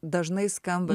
dažnai skamba